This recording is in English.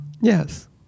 yes